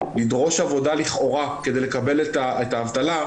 לדרוש עבודה לכאורה כדי לקבל את האבטלה,